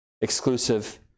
exclusive